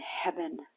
heaven